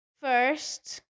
first